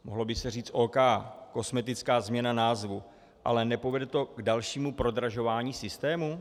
Mohlo by se říct OK, kosmetická změna názvu, ale nepovede to k dalšímu prodražování systému?